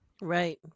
Right